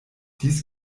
dies